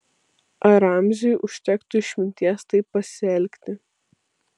ar ramziui užtektų išminties taip pasielgti